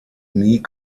nie